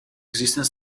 existing